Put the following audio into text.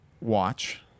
Watch